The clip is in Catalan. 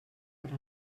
per